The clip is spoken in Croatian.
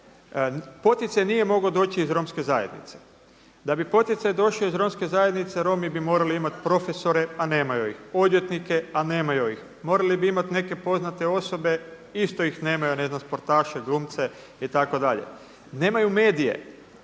poticaj nije mogao doći iz romske zajednice. Da bi poticaj došao iz romske zajednice Romi bi morali imati profesore a nemaju ih, odvjetnike a nemaju ih. Morali bi imati neke poznate osobe, isto ih nemaju. Ne znam sportaše, glumce itd. Nemaju medije